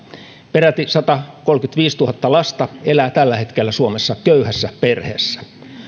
peräti satakolmekymmentäviisituhatta lasta elää tällä hetkellä suomessa köyhässä perheessä